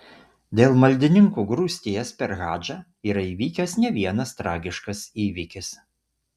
dėl maldininkų grūsties per hadžą yra įvykęs ne vienas tragiškas įvykis